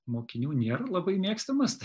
mokinių nėra labai mėgstamas